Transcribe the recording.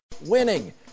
Winning